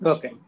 Okay